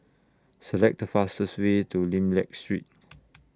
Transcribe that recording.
Select The fastest Way to Lim Liak Street